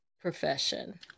profession